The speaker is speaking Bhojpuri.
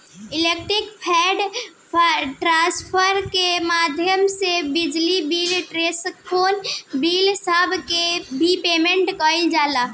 इलेक्ट्रॉनिक फंड ट्रांसफर के माध्यम से बिजली बिल टेलीफोन बिल सब के भी पेमेंट कईल जाला